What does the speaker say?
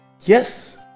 yes